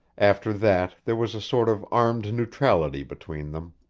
after that, there was a sort of armed neutrality between them.